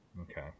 Okay